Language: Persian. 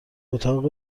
اتاق